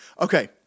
Okay